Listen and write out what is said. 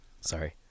Sorry